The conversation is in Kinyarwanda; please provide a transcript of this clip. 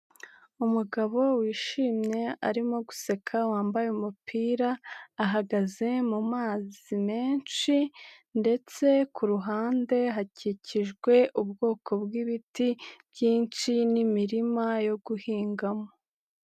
Umugabo wishimye arimo guseka wambaye umupira ,ahagaze mu mazi menshi ,ndetse kuruhande hakikijwe ubwoko bw'ibiti byinshi n'imirima yo guhingamo.